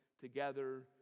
together